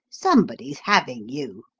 somebody's having you!